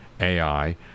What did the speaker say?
AI